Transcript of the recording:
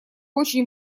очень